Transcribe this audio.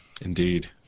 Indeed